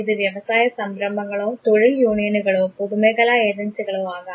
ഇത് വ്യവസായ സംരംഭങ്ങളോ തൊഴിലാളി യൂണിയനുകളോ പൊതുമേഖല ഏജൻസികളോ ആകാം